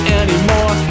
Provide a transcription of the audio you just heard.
anymore